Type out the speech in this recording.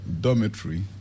dormitory